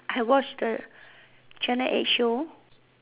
I watch the channel eight show